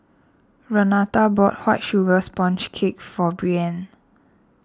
Renata bought White Sugar Sponge Cake for Breann